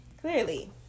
clearly